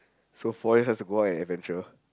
so four years has to go out and adventure